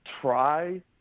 try